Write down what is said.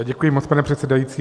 Děkuji moc, pane předsedající.